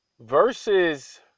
versus